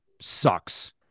sucks